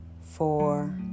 four